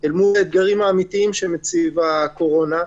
אל מול האתגרים האמיתיים שמציבה הקורונה.